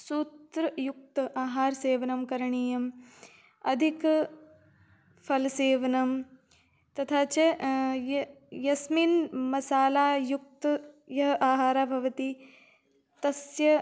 सूत्र युक्त आहार सेवनं करणीयम् अधिक फ़लसेवनं तथा च ये यस्मिन् मसाला युक्त यः आहारः भवति तस्य